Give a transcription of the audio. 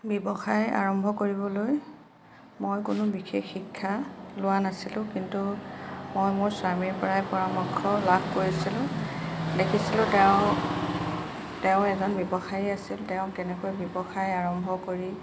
ব্যৱসায় আৰম্ভ কৰিবলৈ মই কোনো বিশেষ শিক্ষা লোৱা নাছিলোঁ কিন্তু মই মোৰ স্বামীৰপৰাই পৰামৰ্শ লাভ কৰিছিলোঁ দেখিছিলোঁ তেওঁ তেওঁ এজন ব্যৱসায়ী আছিল তেওঁ কেনেকৈ ব্যৱসায় আৰম্ভ কৰি